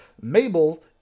Mabel